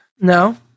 No